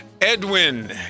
Edwin